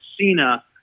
Cena